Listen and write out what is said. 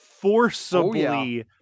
forcibly